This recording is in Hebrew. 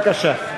בבקשה.